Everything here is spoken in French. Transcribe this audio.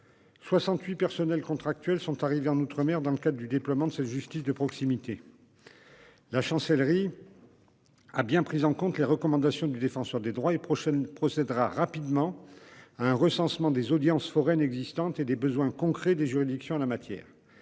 68 personnels contractuels sont arrivés en outre-mer dans le cadre du déploiement de cette justice de proximité. La Chancellerie a bien pris en considération les recommandations du Défenseur des droits et procédera prochainement à un recensement des audiences foraines existantes et des besoins concrets des juridictions en la matière.